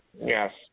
Yes